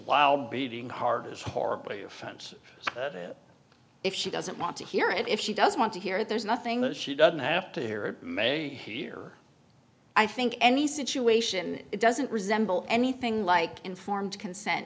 while beating heart is horribly offensive if she doesn't want to hear it if she doesn't want to hear it there's nothing that she doesn't have to hear or may hear i think any situation it doesn't resemble anything like informed consent